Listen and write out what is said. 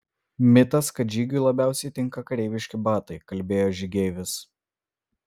mitas kad žygiui labiausiai tinka kareiviški batai kalbėjo žygeivis